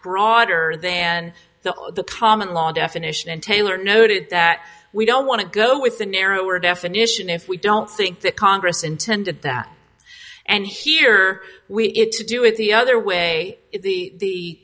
broader than the common law definition and taylor noted that we don't want to go with a narrower definition if we don't think that congress intended that and here we get to do it the other way the